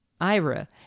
Ira